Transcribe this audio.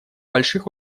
больших